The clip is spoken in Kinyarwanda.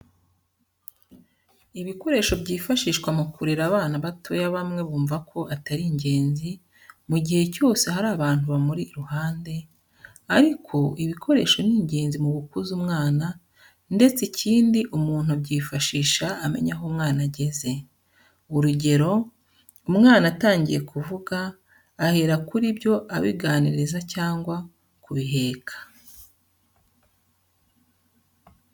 Ibikoresho byifashishwa mu kurera abana batoya bamwe bumva ko atari ingenzi mu gihe cyose hari abantu bamuri iruhande, ariko ibikoresho ni ingenzi mu gukuza umwana ndetse ikindi umuntu abyifashisha amenya aho umwana ageze. Urugero umwana atangiye kuvuga, ahera kuri byo abiganiriza cyangwa kubiheka.